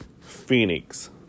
Phoenix